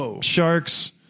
sharks